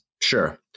Sure